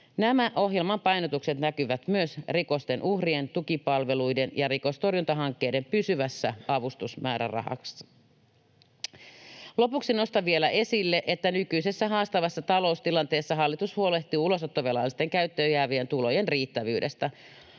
Nämä ohjelman painotukset näkyvät myös rikosten uhrien tukipalveluiden ja rikostorjuntahankkeiden pysyvässä avustusmäärärahassa. Lopuksi nostan vielä esille, että nykyisessä haastavassa taloustilanteessa hallitus huolehtii ulosottovelallisten käyttöön jäävien tulojen riittävyydestä.